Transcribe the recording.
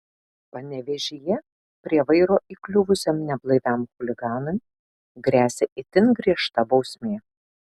panevėžyje prie vairo įkliuvusiam neblaiviam chuliganui gresia itin griežta bausmė